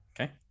Okay